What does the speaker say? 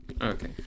okay